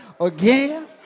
again